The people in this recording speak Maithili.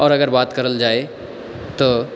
आओर अगर बात करल जाय तऽ